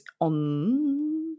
on